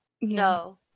No